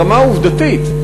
ברמה העובדתית,